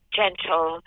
gentle